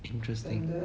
interesting